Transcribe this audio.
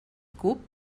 cup